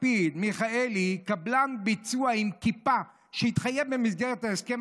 לפיד ומיכאלי קבלן ביצוע עם כיפה שהתחייב במסגרת ההסכם